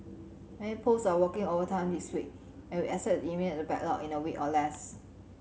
many post are working overtime this week and we eliminate the backlog in a week or less